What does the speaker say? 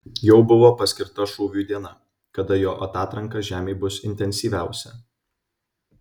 jau buvo paskirta šūviui diena kada jo atatranka žemei bus intensyviausia